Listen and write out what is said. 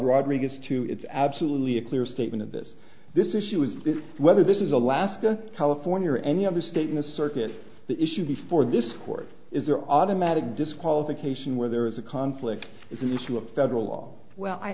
rodrigues to it's absolutely a clear statement of this this issue is whether this is alaska california or any other state in the circus the issue before this court is there are automatic disqualification where there is a conflict it's an issue of federal law well i